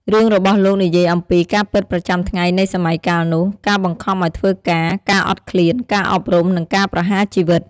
រឿងរបស់លោកនិយាយអំពី ការពិតប្រចាំថ្ងៃនៃសម័យកាលនោះ ការបង្ខំឲ្យធ្វើការ ការអត់ឃ្លាន ការអប់រំ និងការប្រហារជីវិត។